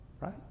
Right